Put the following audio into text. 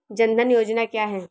जनधन योजना क्या है?